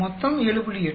மொத்தம் 7